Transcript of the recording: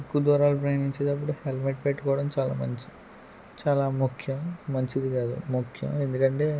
ఎక్కువ దూరాలు ప్రయాణించేటప్పుడు హెల్మెట్ పెట్టుకోవడం చాలా మంచిది చాలా ముఖ్యం మంచిది కాదు ముఖ్యం ఎందుకంటే